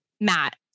Matt